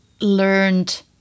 learned